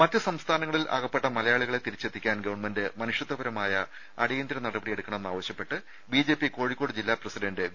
രുദ സംസ്ഥാനങ്ങളിൽ അകപ്പെട്ട മലയാളികളെ മറ്റ് തിരിച്ചെത്തിക്കാൻ ഗവൺമെന്റ് മനുഷ്യത്വപരമായ അടിയന്തര നടപടി എടുക്കണമെന്നാവശ്യപ്പെട്ട് ബിജെപി കോഴിക്കോട് ജില്ലാ പ്രസിഡന്റ് വി